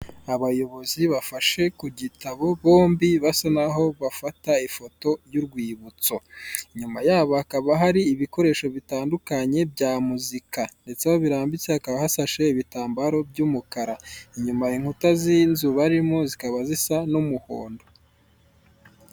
Abayobozi bafashe ku gitabo bombi basa n'aho bafata ifoto y'urwibutso, inyuma yabo hakaba hari ibikoresho bitandukanye bya muzika ndetse aho birambitse hakaba hasashe ibitambaro by'umukara. Inyuma inkuta z'inzu barimo zikaba zisa n'umuhondo.